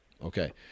Okay